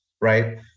right